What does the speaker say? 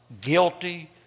guilty